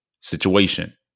situation